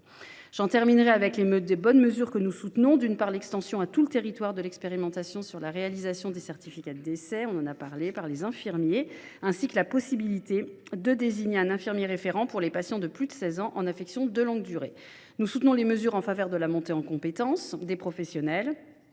J’en terminerai avec de bonnes mesures, que nous soutenons, comme l’extension à tout le territoire de l’expérimentation sur la réalisation des certificats de décès par les infirmiers, ainsi que la possibilité de désigner un infirmier référent pour les patients de plus de 16 ans en affection de longue durée. Nous soutenons les mesures en faveur de la montée en compétences des professionnels.